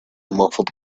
muffled